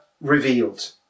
revealed